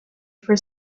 for